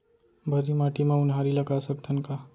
भर्री माटी म उनहारी लगा सकथन का?